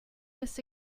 this